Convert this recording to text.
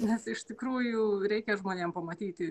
nes iš tikrųjų reikia žmonėm pamatyti